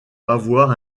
avoir